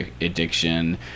addiction